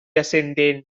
ascendent